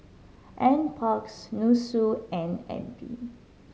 Nparks NUSSU and N